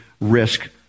risk